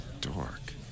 dork